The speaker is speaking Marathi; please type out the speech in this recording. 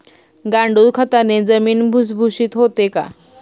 गांडूळ खताने जमीन भुसभुशीत होते का?